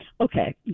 okay